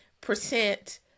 percent